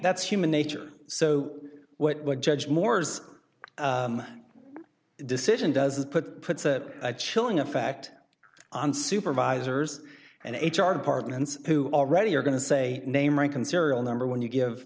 that's human nature so what judge moore's decision does is put puts a chilling effect on supervisors and h r departments who already are going to say name rank and serial number when you give